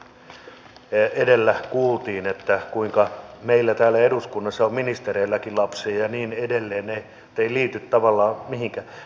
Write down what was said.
kun edellä kuultiin kuinka meillä täällä eduskunnassa on ministereilläkin lapsia ja niin edelleen ne eivät liity tavallaan mihinkään